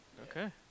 Okay